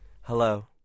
Hello